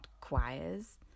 choirs